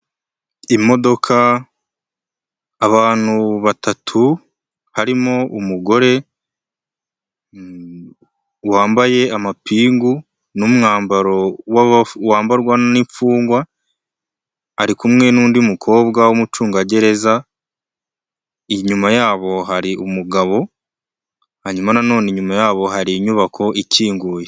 Imodoka abantu batatu harimo umugore wambaye amapingu n'umwambaro wambarwa n'imfungwa ari kumwe n'undi mukobwa w'umucungagereza inyuma yabo hari umugabo hanyuma nanone inyuma yabo hari inyubako ikinguye.